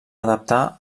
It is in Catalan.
adaptar